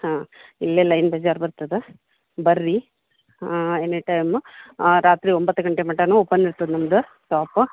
ಹಾಂ ಇಲ್ಲೇ ಲೈನ್ ಬಜಾರ್ ಬರ್ತದೆ ಬನ್ರಿ ಎನಿಟೈಮ ರಾತ್ರಿ ಒಂಬತ್ತು ಗಂಟೆ ಮಟಾನು ಓಪನ್ ಇರ್ತದೆ ನಮ್ದು ಶಾಪು